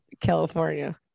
California